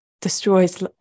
destroys